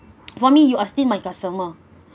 for me you are still my customer